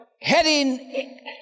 heading